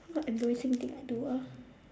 what embarrassing thing I do ah